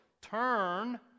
Turn